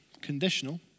conditional